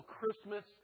Christmas